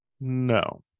no